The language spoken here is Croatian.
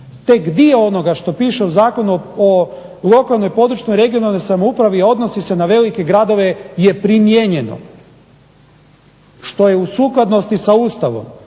Tek dio onoga što piše u Zakonu o lokalnoj, regionalnoj, područnoj samoupravi odnosi se na velike gradove je primijenjeno. Što je u sukladnosti sa Ustavom,